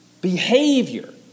behavior